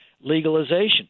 legalization